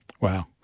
Wow